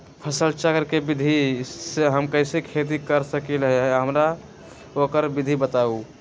फसल चक्र के विधि से हम कैसे खेती कर सकलि ह हमरा ओकर विधि बताउ?